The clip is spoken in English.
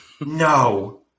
No